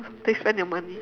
please spend your money